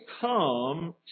come